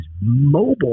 mobile